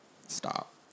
Stop